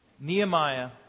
Nehemiah